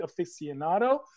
aficionado